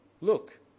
look